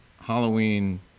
Halloween